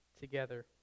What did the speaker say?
together